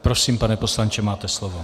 Prosím, pane poslanče, máte slovo.